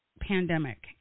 pandemic